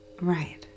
Right